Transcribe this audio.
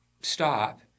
stop